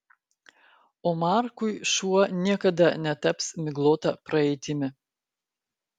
o markui šuo niekada netaps miglota praeitimi